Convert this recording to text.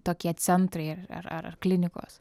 tokie centrai ar ar ar klinikos